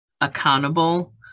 accountable